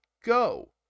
go